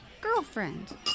girlfriend